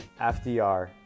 FDR